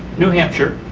new hampshire,